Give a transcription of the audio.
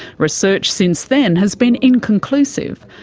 research since then has been inconclusive.